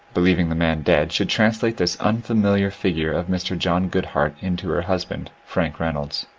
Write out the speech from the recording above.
believing the man dead, should translate this unfamiliar figure of mr. john goodhart into her husband, frank reynolds.